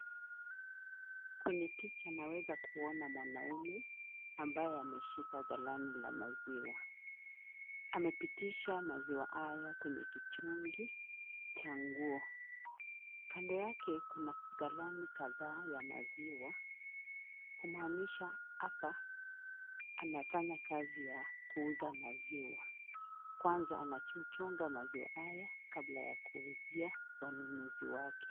Kwenye picha naeza kumuona mwanaume ambaye ameshika galani ya maziwa. Amepitisha maziwa haya kwenye kichungi cha nguo. Kando yake kuna galani kadhaa za maziwa, kumaanisha hapa anafanya kazi ya kuuza maziwa. Kwanza anachunga maziwa haya kabla ya kuwauzia wanunuzi wake.